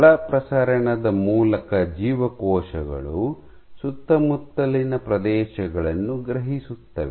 ಬಲ ಪ್ರಸರಣದ ಮೂಲಕ ಜೀವಕೋಶಗಳು ಸುತ್ತಮುತ್ತಲಿನ ಪ್ರದೇಶಗಳನ್ನು ಗ್ರಹಿಸುತ್ತವೆ